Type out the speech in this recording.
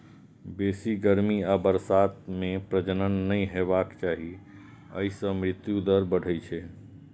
बेसी गर्मी आ बरसात मे प्रजनन नहि हेबाक चाही, अय सं मृत्यु दर बढ़ै छै